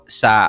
sa